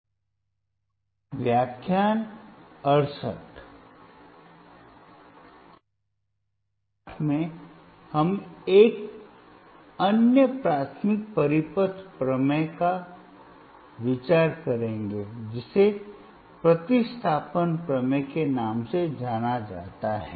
इस पाठ में हम एक अन्य प्राथमिक परिपथ प्रमेय पर विचार करेंगे जिसे प्रतिस्थापन प्रमेय के नाम से जाना जाता है